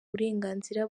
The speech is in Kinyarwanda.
burenganzira